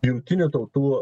jungtinių tautų